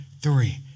three